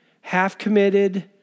half-committed